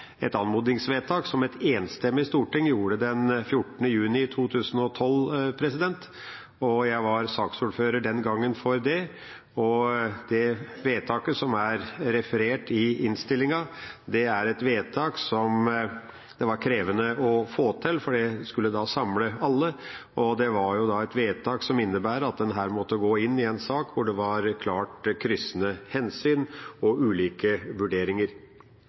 et anmodningsvedtak som et enstemmig storting gjorde den 14. juni i 2012. Jeg var saksordfører for det den gangen. Det vedtaket som er referert i innstillinga, er et vedtak som det var krevende å få til, for det skulle samle alle, og det var et vedtak som innebar at en måtte gå inn i en sak hvor det var klart kryssende hensyn og ulike vurderinger.